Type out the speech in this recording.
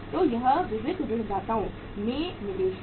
तो यह विविध ऋणदाताओं में निवेश है